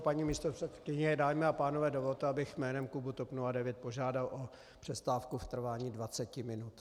Paní místopředsedkyně, dámy a pánové, dovolte, abych jménem klubu TOP 09 požádal o přestávku v trvání dvaceti minut.